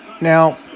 Now